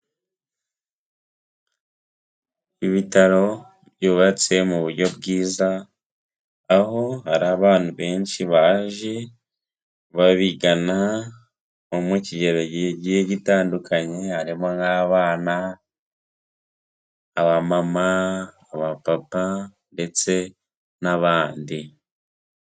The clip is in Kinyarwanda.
Ibitaro byubatse mu buryo bwiza, aho hari abantu benshi baje babigana bo mu kigero kigiye gitandukanye, harimo nk'abana, abamama, abapapa ndetse n'abandi.